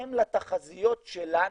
בהתאם לתחזיות שלנו,